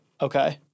Okay